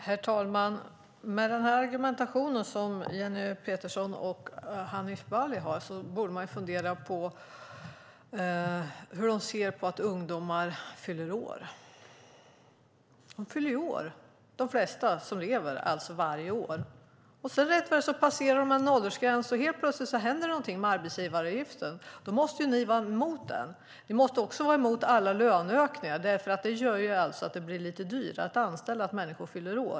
Herr talman! Med den argumentation som Jenny Petersson och Hanif Bali har funderar jag hur de ser på att ungdomar fyller år. De fyller år varje år. Rätt vad det är passerar man en åldersgräns, och helt plötsligt händer det någonting med arbetsgivaravgiften. Då måste ni ju vara emot den. Ni måste också vara emot alla löneökningar, för då blir det ju lite dyrare att anställa när människor fyller år.